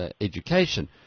Education